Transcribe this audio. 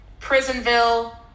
Prisonville